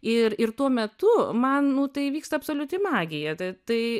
ir ir tuo metu man nu tai vyksta absoliuti magija tai tai